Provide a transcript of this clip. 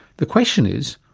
the question is,